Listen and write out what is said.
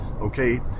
Okay